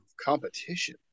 competition